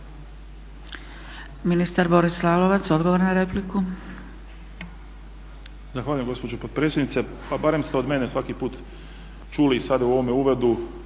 Ministar Boris Lalovac, odgovor na repliku.